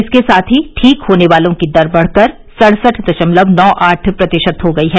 इसके साथ ही ठीक होने वालों की दर बढ़कर सड़सठ दशमलव नौ आठ प्रतिशत हो गई है